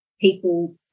people